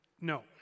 no